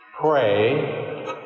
pray